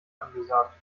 angesagt